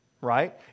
right